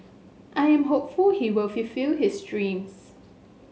I am hopeful he will fulfil his dreams